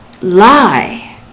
lie